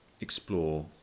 explore